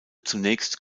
zunächst